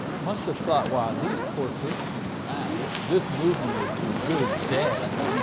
must have thought, wow, these poor christians. man, this this movement is as good as dead. i mean,